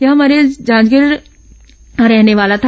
यह मरीज जांजगीर का रहने वाला था